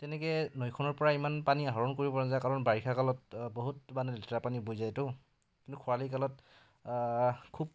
তেনেকৈ নৈখনৰ পৰা ইমান পানী আহৰণ কৰিব পৰা নাযায় কাৰণ বাৰিষা কালত বহুত মানে লেতেৰা পানী বৈ যায়তো কিন্তু খৰালি কালত খুব